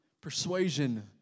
persuasion